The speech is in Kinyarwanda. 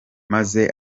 maze